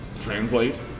translate